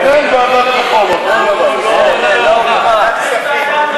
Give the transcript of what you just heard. אין דבר כזה ועדת רפורמות.